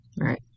Right